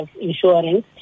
insurance